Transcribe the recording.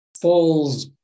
Falls